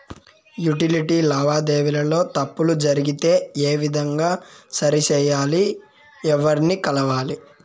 Utility లావాదేవీల లో తప్పులు జరిగితే ఏ విధంగా సరిచెయ్యాలి? ఎవర్ని కలవాలి?